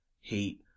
hate